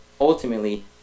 ultimately